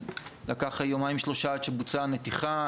לקח יומיים-שלושה עד שבוצעה הנתיחה,